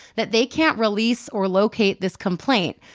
that they can't release or locate this complaint.